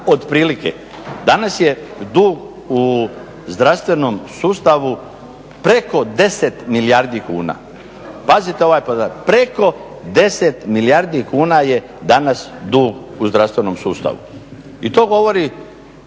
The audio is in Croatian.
Danas je dug u zdravstvenom sustavu preko 10 milijardi kuna. Pazite ovaj podatak, preko 10 milijardi kuna je danas dug u zdravstvenom sustavu i to govori